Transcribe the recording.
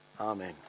Amen